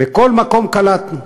בכל מקום קלטנו,